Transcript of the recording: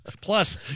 plus